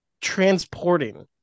transporting